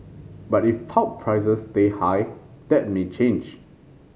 but if pulp prices stay high that may change